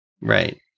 Right